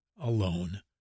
alone